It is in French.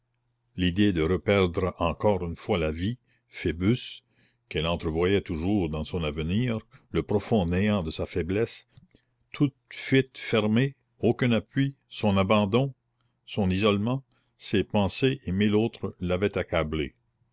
l'idée de reperdre encore une fois la vie phoebus qu'elle entrevoyait toujours dans son avenir le profond néant de sa faiblesse toute fuite fermée aucun appui son abandon son isolement ces pensées et mille autres l'avaient accablée